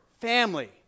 Family